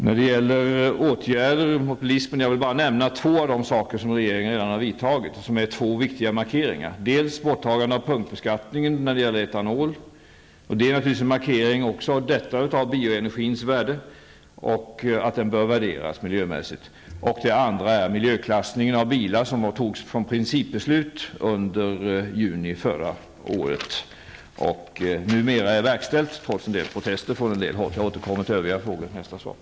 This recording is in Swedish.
När det gäller åtgärder mot bilismen vill jag bara nämna två åtgärder som regeringen redan vidtagit och som är två viktiga markeringar. Den ena är borttagandet av punktbeskattningen när det gäller etanol. Detta är naturligtvis också en markering av bioenergins värde. Den skall värderas miljömässigt. Den andra är miljöklassningen av bilar. Den togs som principbeslut i juni förra året och är numera verkställd, trots protester från en del håll. Jag återkommer till övriga frågor i nästa inlägg.